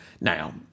Now